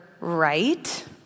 right